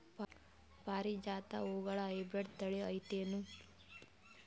ಪಾರಿಜಾತ ಹೂವುಗಳ ಹೈಬ್ರಿಡ್ ಥಳಿ ಐತೇನು?